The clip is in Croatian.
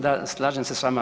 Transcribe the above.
Da, slažem se s vama.